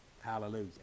hallelujah